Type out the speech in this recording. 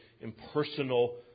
impersonal